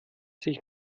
sich